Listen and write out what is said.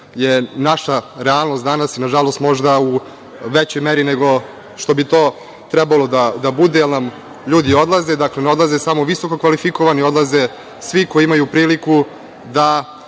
je naša realnost danas, možda u većoj meri nego što bi to trebalo da bude. Ljudi odlaze, ne odlaze samo visokokvalifikovani, odlaze svi koji imaju priliku da